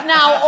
Now